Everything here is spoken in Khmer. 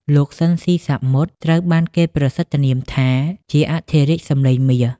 លោក ស៊ីន ស៊ីសាមុត ត្រូវបានគេប្រសិទ្ធនាមថាជា "អធិរាជសម្លេងមាស"។